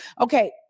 Okay